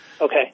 Okay